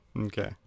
Okay